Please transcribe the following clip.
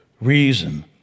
reason